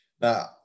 Now